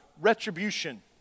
retribution